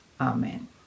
amen